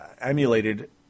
emulated